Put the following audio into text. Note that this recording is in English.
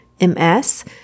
MS